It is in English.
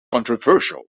controversial